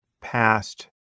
past